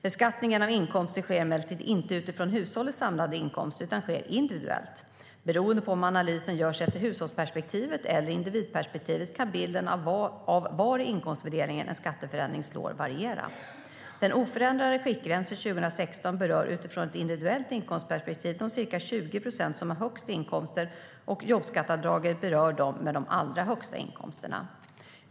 Beskattningen av inkomster sker emellertid inte utifrån hushållets samlade inkomster utan sker individuellt. Beroende på om analysen görs efter hushållsperspektivet eller individperspektivet kan bilden av var i inkomstfördelningen en skatteförändring slår variera. Den oförändrade skiktgränsen 2016 berör utifrån ett individuellt inkomstperspektiv de ca 20 procent som har högst inkomster och jobbskatteavdraget berör dem med de allra högsta inkomsterna.